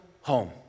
home